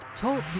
Talk